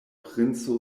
princo